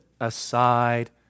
aside